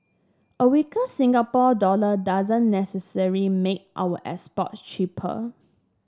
a weaker Singapore dollar doesn't necessarily make our exports cheaper